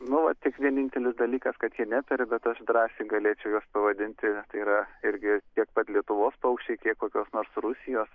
nu va tik vienintelis dalykas kad jie neperi bet aš drąsiai galėčiau juos pavadinti tai yra irgi tiek pat lietuvos paukščiai kiek kokios nors rusijos